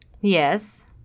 Yes